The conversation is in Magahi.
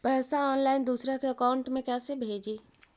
पैसा ऑनलाइन दूसरा के अकाउंट में कैसे भेजी?